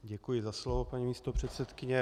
Děkuji za slovo, paní místopředsedkyně.